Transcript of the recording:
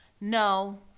No